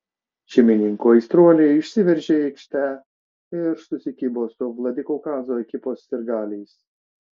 šeimininkų aistruoliai išsiveržė į aikštę ir susikibo su vladikaukazo ekipos sirgaliais